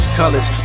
colors